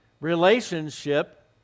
relationship